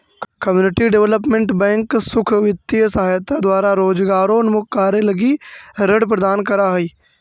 community development bank सुख वित्तीय सहायता द्वारा रोजगारोन्मुख कार्य लगी ऋण प्रदान करऽ हइ